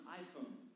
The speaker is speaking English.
iPhone